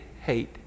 hate